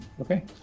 Okay